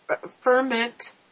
ferment